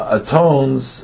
atones